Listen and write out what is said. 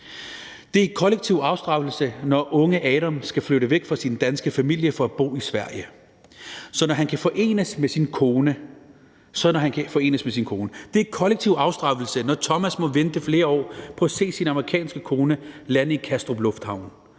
Det er kollektiv afstraffelse, når unge Adam skal flytte væk fra sin danske familie for at bo i Sverige, sådan at han kan forenes med sin kone. Det er kollektiv afstraffelse, når Thomas må vente flere år på at se sin amerikanske kone lande i Kastrup Lufthavn,